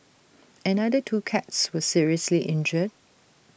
another two cats were seriously injured